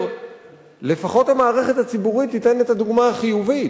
שלפחות המערכת הציבורית תיתן את הדוגמה החיובית,